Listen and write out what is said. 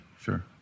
sure